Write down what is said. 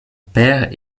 père